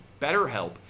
BetterHelp